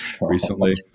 recently